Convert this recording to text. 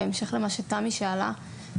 בהמשך למה שתמי שאלה,